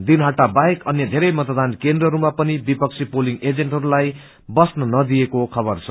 दिनहाटा बाहेक अन्य धेरै मतदान केन्द्रहरूमा पनि विपक्षी पोलिंग एजेन्टहरूलाई बस्न नदिइएको खबर छ